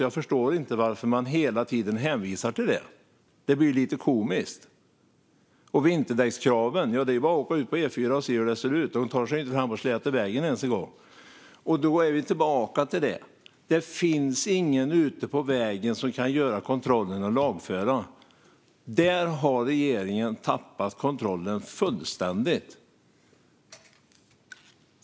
Jag förstår alltså inte varför man hela tiden hänvisar till det. Det blir lite komiskt. När det gäller vinterdäckskraven är det bara att åka ut på E4:an och se hur det ser ut. De tar sig inte ens fram på släta vägar. Och då kommer vi tillbaka till att det inte finns någon ute på vägen som kan göra kontrollen och lagföra. Där har regeringen tappat kontrollen fullständigt.